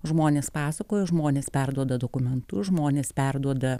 žmonės pasakojo žmonės perduoda dokumentus žmonės perduoda